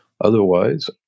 Otherwise